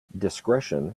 discretion